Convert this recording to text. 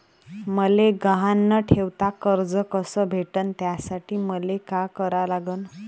मले गहान न ठेवता कर्ज कस भेटन त्यासाठी मले का करा लागन?